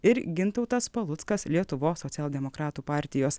ir gintautas paluckas lietuvos socialdemokratų partijos